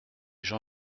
jean